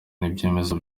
n’ibyemezo